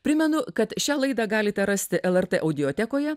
primenu kad šią laidą galite rasti el er tė audiotekoje